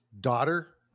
daughter